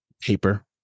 paper